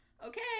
Okay